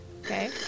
Okay